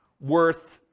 worth